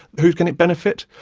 who can it benefit?